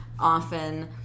often